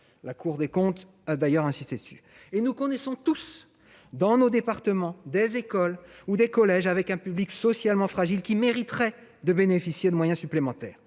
La Cour des comptes a d'ailleurs insisté sur cette réalité. Nous connaissons tous, dans nos départements, des écoles ou des collèges avec un public socialement fragile, qui mériterait de bénéficier de moyens supplémentaires.